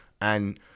and-